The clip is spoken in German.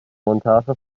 montage